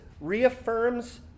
reaffirms